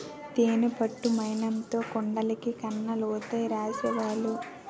తేనె పట్టు మైనంతో కుండలకి కన్నాలైతే రాసేవోలు